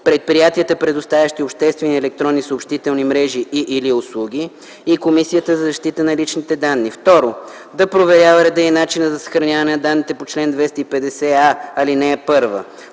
предприятията, предоставящи обществени електронни съобщителни мрежи и/или услуги, и Комисията за защита на личните данни; 2. да проверява реда и начина на съхраняване на данните по чл. 250а, ал. 1, на